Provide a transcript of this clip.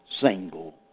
single